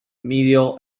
medial